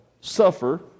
suffer